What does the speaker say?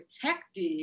protected